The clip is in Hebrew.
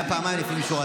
משה.